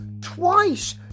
twice